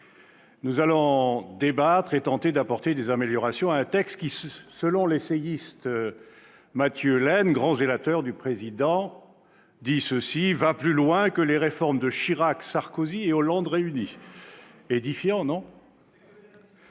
Nous allons débattre et tenter d'apporter des améliorations à un texte qui, selon l'essayiste Mathieu Laine, grand zélateur du Président de la République, « va plus loin que les réformes de Chirac, Sarkozy et Hollande réunies »: c'est édifiant, non ?